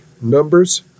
Numbers